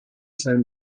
sound